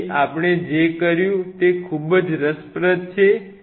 તેથી આપણે જે કર્યું તે ખૂબ જ રસપ્રદ છે